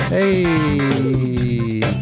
Hey